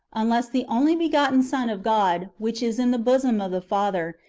unless the only begotten son of god, which is in the bosom of the father,